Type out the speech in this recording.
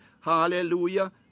hallelujah